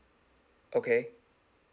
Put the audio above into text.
okay